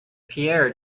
pierre